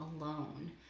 alone